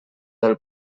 del